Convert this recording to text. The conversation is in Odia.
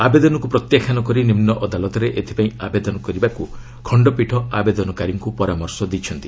ଆବେଦନକୁ ପ୍ରତ୍ୟାଖ୍ୟାନ କରି ନିମ୍ନ ଅଦାଲତରେ ଏଥିପାଇଁ ଆବେଦନ କରିବାକୁ ଖଣ୍ଡପୀଠ ଆବେଦନକାରୀଙ୍କୁ ପରାମର୍ଶ ଦେଇଛନ୍ତି